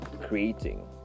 creating